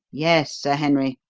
yes, sir henry.